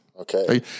Okay